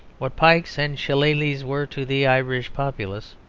what pikes and shillelahs were to the irish populace,